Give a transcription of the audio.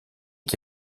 qui